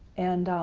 and